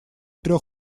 трех